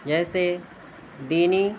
جیسے دینی